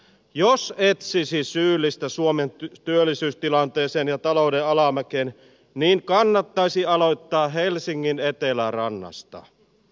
jos etsisi syyllistä suomen työllisyystilanteeseen ja talouden alamäkeen niin kannattaisi aloittaa helsingin etelärannasta